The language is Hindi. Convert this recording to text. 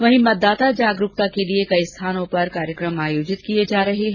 वहीं मतदाता जागरूकता के लिए कई स्थानों पर कार्यक्रम आयोजित किए जा रहे हैं